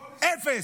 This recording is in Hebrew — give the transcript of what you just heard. אפס.